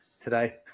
today